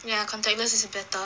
ya contactless is better